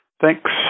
Thanks